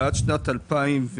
ועד שנת 2004,